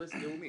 אינטרס לאומי.